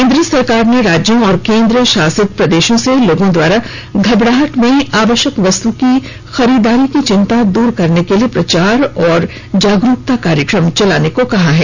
केंद्र सरकार ने राज्यों और केंद्र शासित प्रदेशों से लोगों द्वारा घबराहट में आवश्यक जरूरत की वस्तुओं की खरीद की चिंता दूर करने के लिए प्रचार और जागरूकता कार्यक्रम चलाने को कहा है